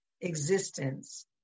existence